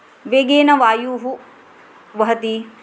वेगेन वायुः वहति